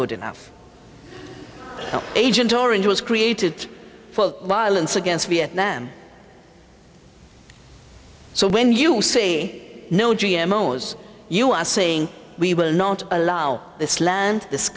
good enough agent orange was created for violence against them so when you say no g m o was you are saying we will not allow this land this